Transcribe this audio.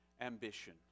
ambition